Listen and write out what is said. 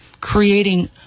creating